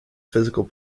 physical